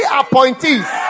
appointees